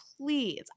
please